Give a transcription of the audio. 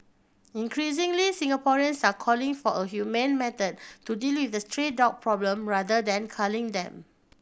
increasingly Singaporeans are calling for a humane method to deal with the stray dog problem rather than culling them